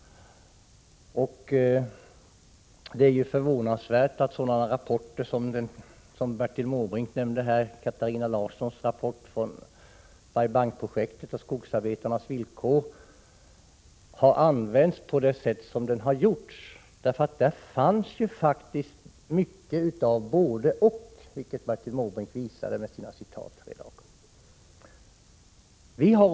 Det är förvånansvärt att en sådan rapport som den Bertil Måbrink nämnde här — Katarina Larssons rapport om Bai Bang-projektet och skogsarbetarnas villkor — har använts på det sett som skett. Där fanns faktiskt mycket av både—och, vilket Bertil Måbrink visade med sina citat här i dag.